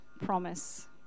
promise